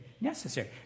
necessary